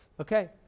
okay